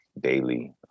daily